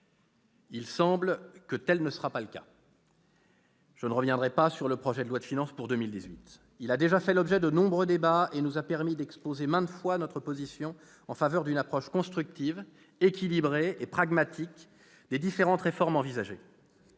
Il semble que tel ne sera pas le cas. Je ne reviendrai pas sur le projet de loi de finances pour 2018. Il a déjà fait l'objet de nombreux débats et nous a permis d'exposer maintes fois notre position en faveur d'une approche constructive, équilibrée et pragmatique des différentes réformes envisagées.